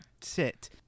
sit